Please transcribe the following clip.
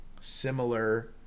similar